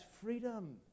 freedom